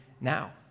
now